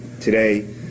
Today